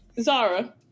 Zara